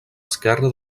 esquerra